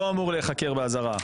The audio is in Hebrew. לא אמור להיחקר באזהרה.